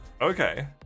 okay